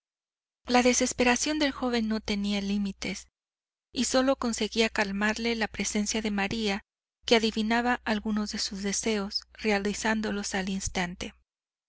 la desesperación del joven no tenía límites y solo conseguía calmarle la presencia de maría que adivinaba algunos de sus deseos realizándolos al instante